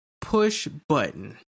push-button